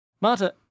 Marta